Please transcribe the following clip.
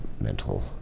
mental